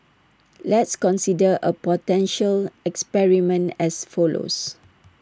let's consider A potential experiment as follows